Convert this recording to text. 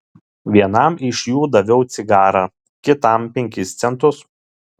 vienam iš jų daviau cigarą kitam penkis centus